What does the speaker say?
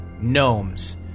gnomes